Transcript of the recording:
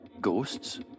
Ghosts